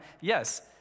Yes